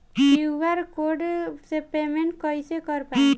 QR code से पेमेंट कईसे कर पाएम?